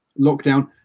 lockdown